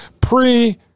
Pre